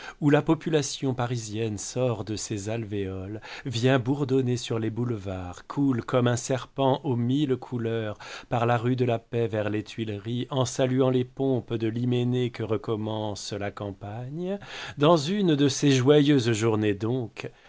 où la population parisienne sort de ses alvéoles vient bourdonner sur les boulevards coule comme un serpent à mille couleurs par la rue de la paix vers les tuileries en saluant les pompes de l'hyménée que recommence la campagne dans une de ces joyeuses journées donc